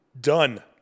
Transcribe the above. Done